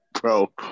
Bro